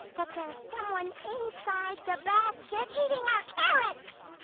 that there's someone inside the basket eating our carrots!